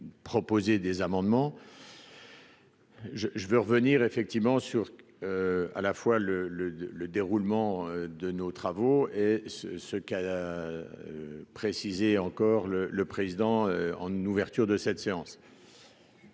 proposer des amendements. Je je vais revenir effectivement sur à la fois le le le déroulement de nos travaux et ce ce qu'a précisé encore le le président en ouverture de cette séance.